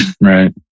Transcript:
Right